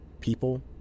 people